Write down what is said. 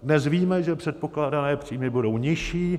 Dnes víme, že předpokládané příjmy budou nižší.